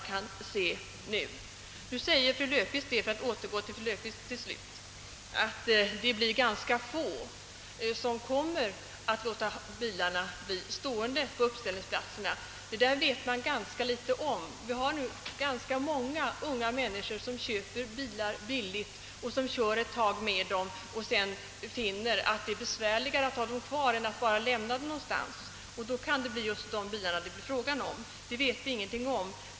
Till sist vill jag återgå till vad fru Löfqvist anförde, nämligen att det nog blir ganska få människor som kommer att låta bilarna bli stående på uppställningsplatserna. Det vet vi inte mycket om. Relativt många unga människor köper bil, kör en tid, och finner sedan att det är besvärligare att behålla bilen än att bara lämna den någonstans. Det kan bli fråga om just sådana bilar, men det vet vi inte.